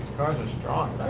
cars are strong,